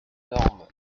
dorment